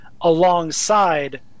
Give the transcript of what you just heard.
alongside